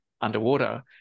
underwater